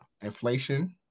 Inflation